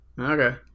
Okay